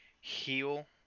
heal